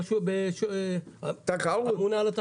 אז התחילו הבנקים